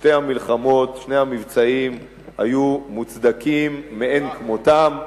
שתי המלחמות, שני המבצעים היו מוצדקים מאין כמותם.